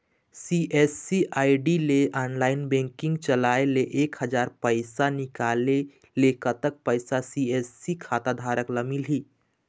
CSC ID ले online banking चलाए ले एक हजार पैसा निकाले ले कतक पैसा सी.एस.सी खाता धारक ला मिलही?